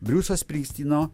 briusas pristyno